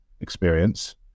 experience